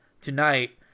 tonight